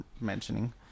mentioning